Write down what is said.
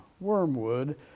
Wormwood